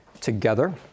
together